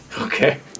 Okay